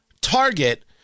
Target